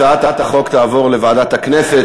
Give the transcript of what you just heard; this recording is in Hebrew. הצעת החוק תועבר לוועדת הכנסת,